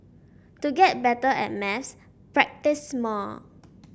to get better at maths practise more